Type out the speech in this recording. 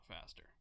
faster